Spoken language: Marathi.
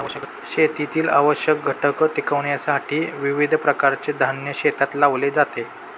शेतीतील आवश्यक घटक टिकविण्यासाठी विविध प्रकारचे धान्य शेतात लावले जाते